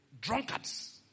drunkards